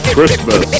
Christmas